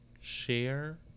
share